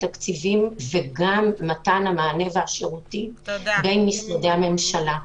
התקציבים וגם מתן המענה והשירותים בין משרדי הממשלה.